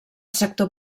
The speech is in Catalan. sector